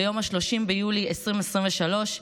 ביום 30 ביולי 2023,